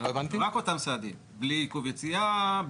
בלי עיכוב יציאה,